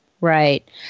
Right